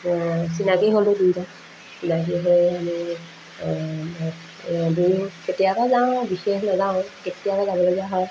চিনাকি হ'লোঁ দুয়োটা চিনাকি হৈ আমি ধৰক দুয়ো কেতিয়াবা যাওঁ আৰু বিশেষ নাযাওঁ কেতিয়াবা যাবলগীয়া হয়